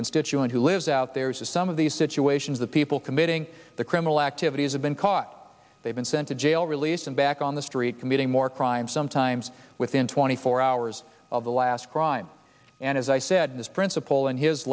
constituent who lives out there is some of these situations of people committing the criminal activities have been caught they've been sent to jail released and back on the street committing more crimes sometimes within twenty four hours of the last crime and as i said this principal in his